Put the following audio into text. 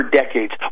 decades